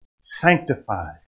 sanctified